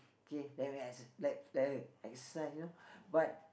okay then we exer~ like like exercise you know but